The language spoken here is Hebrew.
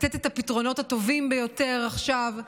לתת את הפתרונות הטובים ביותר עכשיו,